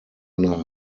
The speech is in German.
nach